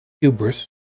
hubris